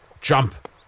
jump